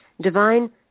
Divine